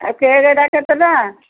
ଆଉ କେକ୍ଟା କେତେ ଟଙ୍କା